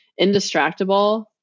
Indistractable